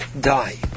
die